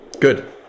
good